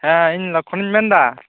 ᱦᱮᱸ ᱤᱧ ᱞᱚᱠᱠᱷᱚᱱᱤᱧ ᱢᱮᱱᱫᱟ